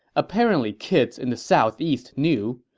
apparently kids in the southeast knew,